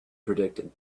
predicted